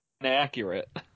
inaccurate